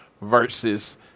versus